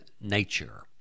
nature